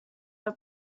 her